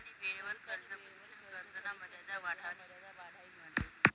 कवितानी वेळवर कर्ज भरिसन कर्जना मर्यादा वाढाई लिनी